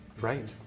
Right